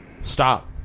Stop